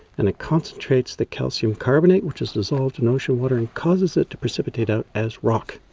and it concentrates the calcium carbonate which is dissolved in ocean water and causes it to precipitate out as rock.